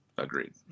agreed